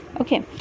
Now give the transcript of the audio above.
okay